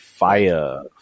Fire